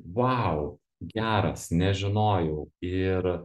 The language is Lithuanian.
vau geras nežinojau ir